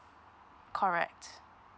correct